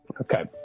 okay